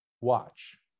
watch